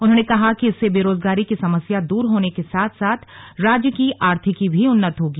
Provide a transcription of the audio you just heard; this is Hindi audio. उन्होंने कहा कि इससे बेरोजगारी की समस्या दूर होने के साथ साथ राज्य की आर्थिकी भी उन्नत होगी